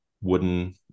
wooden